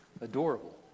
Adorable